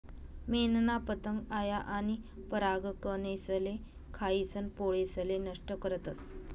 मेनना पतंग आया आनी परागकनेसले खायीसन पोळेसले नष्ट करतस